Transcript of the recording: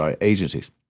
agencies